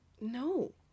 No